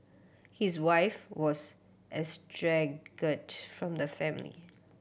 his wife was estranged from the family